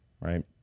right